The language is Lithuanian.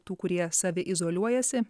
tų kurie saviizoliuojasi